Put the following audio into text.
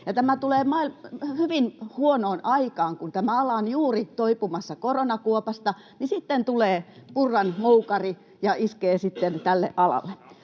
Tämä tulee hyvin huonoon aikaan. Kun tämä ala on juuri toipumassa koronakuopasta, niin sitten tulee Purran moukari ja iskee sitten tälle alalle.